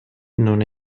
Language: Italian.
non